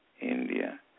India